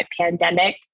pandemic